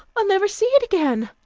i'll never see it again!